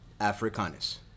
Africanus